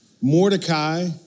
Mordecai